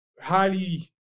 highly